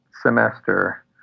semester